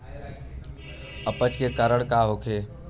अपच के कारण का होखे?